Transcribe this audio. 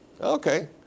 Okay